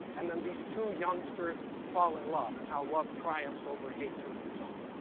and then these two youngsters fall in love, and how love triumphs over hatred, and so on.